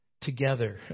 together